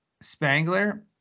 Spangler